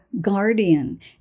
guardian